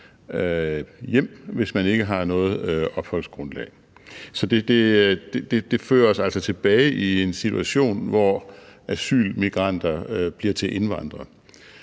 hjem, hvis man ikke har noget opholdsgrundlag. Så det fører os altså tilbage i en situation, hvor asylmigranter bliver til indvandrere.